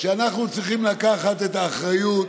אנחנו צריכים לקחת את האחריות